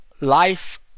life